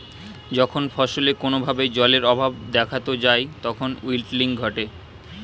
যখন ফসলে কোনো ভাবে জলের অভাব দেখাত যায় তখন উইল্টিং ঘটে